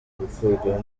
gukurwaho